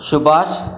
Subhash